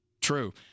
True